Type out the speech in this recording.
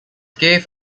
gave